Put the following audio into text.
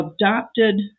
adopted